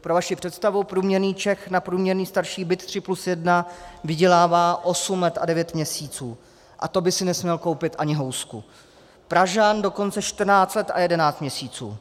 Pro vaši představu, průměrný Čech na průměrný starší byt 3+1 vydělává osm let a devět měsíců, a to by si nesměl koupit ani housku, Pražan dokonce čtrnáct let a jedenáct měsíců.